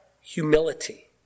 humility